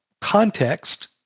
context